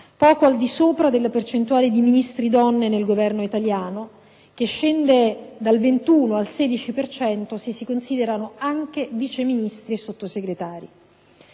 poco al di sopra delle percentuali di Ministri donne nel Governo italiano, e scende dal 21 al 16 per cento se si considerano anche Vice Ministri e Sottosegretari.